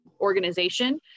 Organization